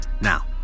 Now